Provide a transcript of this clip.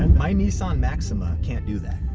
and my nissan maxima can't do that.